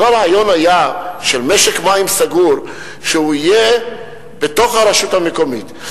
כל הרעיון היה של משק מים סגור שיהיה בתוך הרשות המקומית,